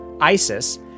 Isis